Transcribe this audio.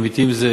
"עמיתים" זה